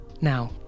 Now